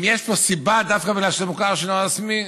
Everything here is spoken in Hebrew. אם יש פה סיבה דווקא בגלל שזה מוכר שאינו רשמי,